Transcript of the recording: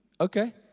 Okay